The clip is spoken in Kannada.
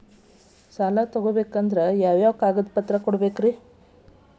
ಸಾಲ ತೊಗೋಬೇಕಂದ್ರ ಏನೇನ್ ಕಾಗದಪತ್ರ ಕೊಡಬೇಕ್ರಿ?